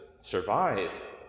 survive